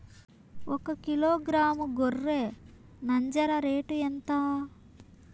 ఒకకిలో గ్రాము గొర్రె నంజర రేటు ఎంత?